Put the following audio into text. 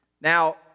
Now